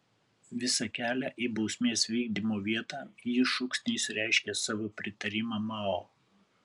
visą kelią į bausmės vykdymo vietą ji šūksniais reiškė savo pritarimą mao